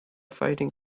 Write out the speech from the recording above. fighting